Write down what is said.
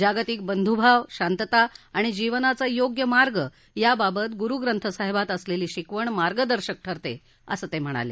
जागतिक बंधूभाव शांतता आणि जीवनाचा योग्य मार्ग याबाबत गुरुग्रंथसाहिबात असलेली शिकवण मार्गदर्शक ठरते असं त्यांनी सांगितलं